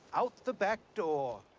out the back door.